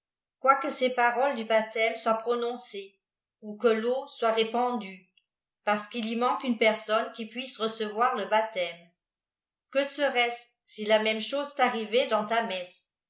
quoique ces paroles du baptême soient prononcées ou que l'eau soit répandue parce qu'il y manque une personne qui puisse recevoir le baptême que serait-ce si la même chose t'arrivait dans ta messe